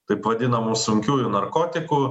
taip vadinamų sunkiųjų narkotikų